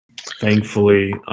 Thankfully